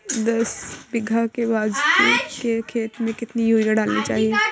दस बीघा के बाजरे के खेत में कितनी यूरिया डालनी चाहिए?